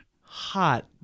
hot